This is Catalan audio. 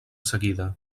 seguida